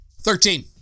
Thirteen